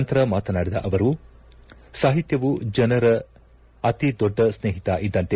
ನಂತರ ಮಾತನಾಡಿದ ಅವರು ಸಾಹಿತ್ಯವು ಜನರ ಅತಿ ದೊಡ್ಡ ಸ್ನೇಹಿತ ಇದ್ದಂತೆ